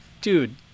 dude